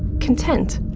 content.